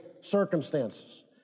circumstances